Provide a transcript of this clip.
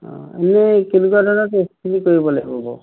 অঁ এনেই কেনেকুৱা ধৰণৰ টেষ্টখিনি কৰিব লাগিব বাৰু